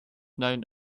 known